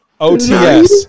OTS